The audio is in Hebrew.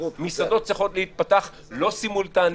מסעדות צריכות להיפתח לא סימולטני,